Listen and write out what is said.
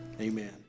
amen